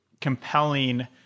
compelling